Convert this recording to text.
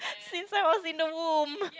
since I was in the womb